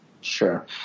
Sure